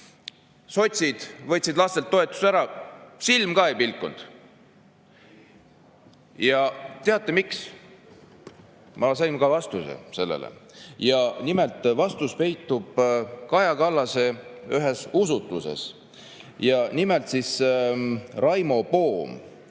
sotsid võtsid lastelt toetuse ära, silm ka ei pilkunud. Ja teate miks? Ma sain ka vastuse sellele. Vastus peitub Kaja Kallase ühes usutluses. Nimelt Raimo Poom,